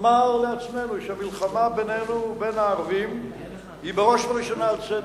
נאמר לעצמנו שהמלחמה בינינו ובין הערבים היא בראש ובראשונה על צדק,